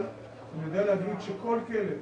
אבל אני יודע להגיד שכל כלב